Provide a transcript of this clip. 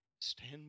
stand